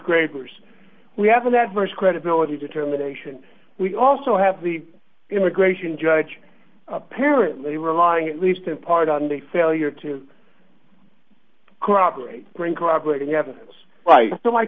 graziers we have an adverse credibility determination we also have the immigration judge apparently relying at least in part on the failure to corroborate bring corroborating evidence right so my